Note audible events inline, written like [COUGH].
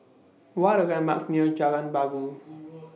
What Are The landmarks near Jalan Bangau [NOISE]